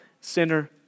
Sinner